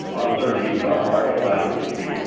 uncertainties about market elasticity,